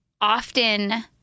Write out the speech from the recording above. often